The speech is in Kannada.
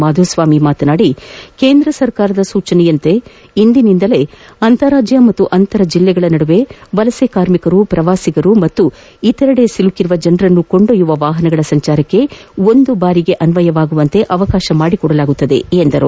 ಮಾಧುಸ್ವಾಮಿ ಮಾತನಾಡಿ ಕೇಂದ್ರದ ಸೂಚನೆಯಂತೆ ಇಂದಿನಿಂದಲೇ ಅಂತಾರಾಜ್ಯ ಮತ್ತು ಅಂತರ್ ಜಿಲ್ಲೆಗಳ ನಡುವೆ ವಲಸೆ ಕಾರ್ಮಿಕರು ಪ್ರವಾಸಿಗರು ಹಾಗೂ ಇತರೆಡೆ ಸಿಲುಕಿರುವ ಜನರನ್ನು ಕೊಂಡೊಯ್ಲುವ ವಾಹನಗಳ ಸಂಚಾರಕ್ಕೆ ಒಂದು ಬಾರಿಗೆ ಅನ್ವಯವಾಗುವಂತೆ ಅವಕಾಶ ಮಾಡಿಕೊಡಲಾಗುವುದು ಎಂದರು